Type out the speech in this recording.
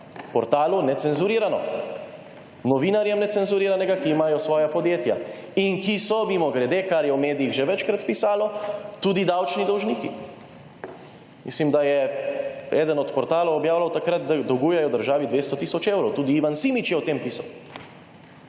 portalu Necenzurirano? Novinarjem Necenzuriranega, ki imajo svoja podjetja in ki so, mimogrede, kar je v medijih že večkrat pisalo, tudi davčni dolžniki. Mislim, da je eden od portalov objavljal takrat, da dolgujejo državi 200 tisoč evrov. Tudi Ivan Simič je o tem pisal.